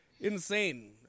insane